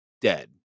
dead